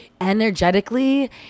energetically